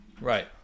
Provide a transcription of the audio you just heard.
Right